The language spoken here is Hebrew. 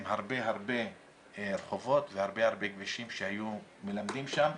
הרבה רחובות וכבישים שהיו מלמדים שם.